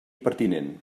pertinent